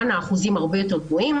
האחוזים פה הרבה יותר גבוהים,